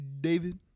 David